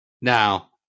Now